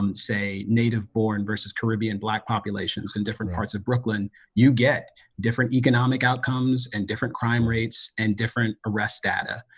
um say native born versus caribbean black populations in different parts of brooklyn you get different economic outcomes and different crime rates and different arrest data,